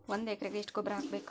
ಒಂದ್ ಎಕರೆಗೆ ಎಷ್ಟ ಗೊಬ್ಬರ ಹಾಕ್ಬೇಕ್?